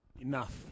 enough